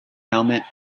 helmet